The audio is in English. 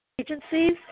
agencies